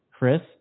Chris